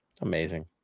Amazing